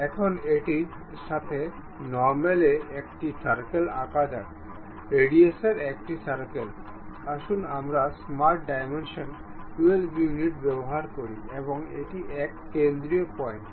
এখন এটির সাথে নরমাল এ একটি সার্কেল আঁকা যাক রেডিয়াসের একটি সার্কেল আসুন আমরা স্মার্ট ডাইমেনশন 12 ইউনিট ব্যবহার করি এবং এটি এক কেন্দ্রীয় পয়েন্ট